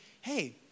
hey